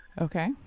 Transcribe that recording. Okay